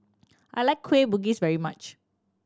I like Kueh Bugis very much